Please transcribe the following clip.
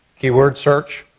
keyword search.